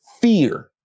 Fear